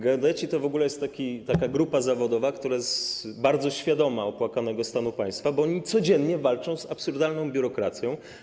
Geodeci to w ogóle jest taka grupa zawodowa, która jest bardzo świadoma opłakanego stanu państwa, bo oni codziennie walczą z absurdalną biurokracją.